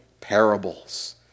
parables